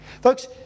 Folks